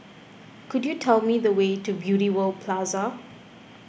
could you tell me the way to Beauty World Plaza